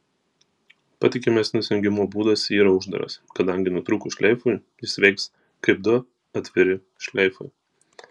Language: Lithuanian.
patikimesnis jungimo būdas yra uždaras kadangi nutrūkus šleifui jis veiks kaip du atviri šleifai